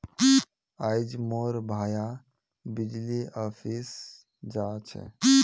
आइज मोर भाया बिजली ऑफिस जा छ